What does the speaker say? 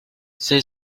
see